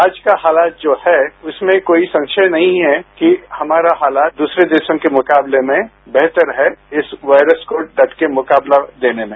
आज का हालात जो है इसमें कोई संशय नहीं है कि हमारा हालात दूसरे देशों के मुकाबले में बेहतर है इस वायरस को डट के मुकाबला देने में